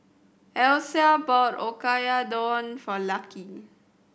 Alysia bought Oyakodon for Lucky